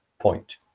point